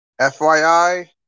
FYI